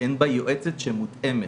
שאין בה יועצת שמותאמת,